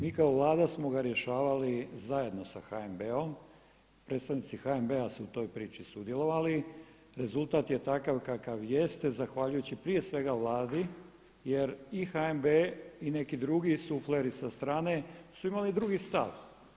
Mi kao Vlada smo ga rješavali zajedno sa HNB-om, predstavnici HNB-a su u toj priči sudjelovali, rezultat je takav kakav jeste, zahvaljujući prije svega Vladi jer i HNB i neki drugi sufleri sa strane su imali drugi stav.